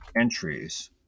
entries